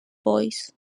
boys